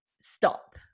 stop